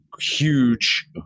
huge